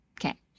Okay